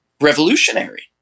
revolutionary